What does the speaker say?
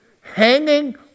Hanging